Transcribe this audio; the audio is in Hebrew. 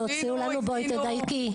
בואי תדייקי.